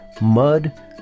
mud